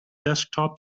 desktop